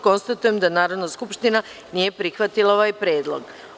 Konstatujem da Narodna skupština nije prihvatila ovaj predlog.